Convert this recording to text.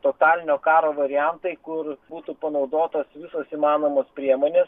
totalinio karo variantai kur būtų panaudotos visos įmanomos priemonės